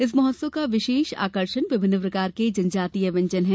इस महोत्सव का विशेष आकर्षण विभिन्न प्रकार के जनजातीय व्यंजन हैं